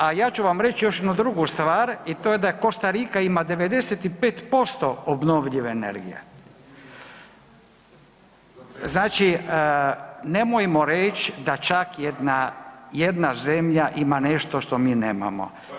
A ja ću vam reći još jednu drugu stvar i to je da Kostarika ima 95% obnovljive energije, znači nemojmo reć da čak jedna zemlja ima nešto što mi nemamo.